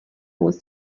was